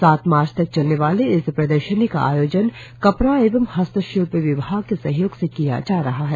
सात मार्च तक चलने वाली इस प्रदर्शनी का आयोजन कपड़ा एवं हस्तशिल्प विभाग के सहयोग से किया जा रहा है